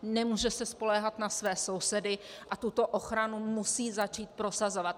Nemůže se spoléhat na své sousedy a tuto ochranu musí začít prosazovat.